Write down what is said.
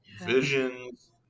visions